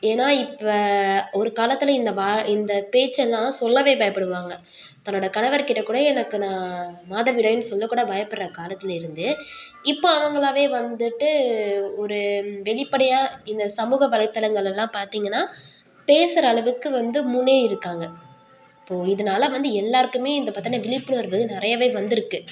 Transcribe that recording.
ஏன்னா இப்போ ஒரு காலத்தி இந்த இந்த பேச்செல்லாம் சொல்லவே பயப்படுவாங்க தன்னோடய கணவர்கிட்ட கூட எனக்கு நான் மாதவிடாய்னு சொல்லக்கூட பயப்பட்ற காலத்தில் இருந்து இப்போ அவங்களாவே வந்துட்டு ஒரு வெளிப்படையாக இந்த சமூக வலைத்தளங்கள்லலாம் பார்த்திங்கனா பேசுகிற அளவுக்கு வந்து முன்னேறி இருக்காங்க இப்போது இதனால வந்து எல்லோருக்குமே இதை பற்றின விழிப்புணர்வு நிறையவே வந்துருக்குது